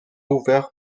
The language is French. ouvert